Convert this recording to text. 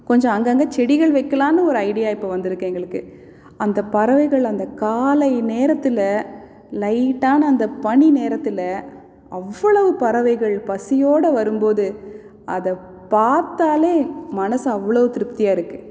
கொஞ்சம் அங்கே அங்கே செடிகள் வைக்கலாம்னு ஒரு ஐடியா இப்போ வந்திருக்கு எங்களுக்கு அந்த பறவைகள் அந்த காலை நேரத்தில் லைட்டான அந்த பனி நேரத்தில் அவ்வளவு பறவைகள் பசியோடு வரும்போது அதை பார்த்தாலே மனது அவ்வளோ திருப்தியாக இருக்கு